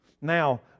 Now